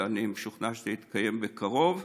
ואני משוכנע שהדיון יתקיים בקרוב.